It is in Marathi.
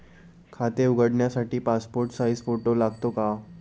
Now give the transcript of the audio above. खाते उघडण्यासाठी पासपोर्ट साइज फोटो लागतो का?